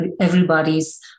everybody's